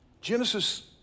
Genesis